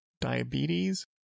diabetes